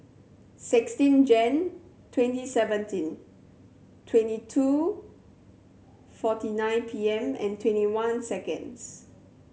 sixteen Jan twenty seventeen twenty two forty nine P M and twenty one seconds